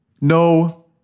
no